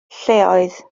lleoedd